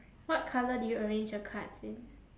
what colour did you arrange your cards in